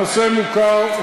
הנושא מוכר.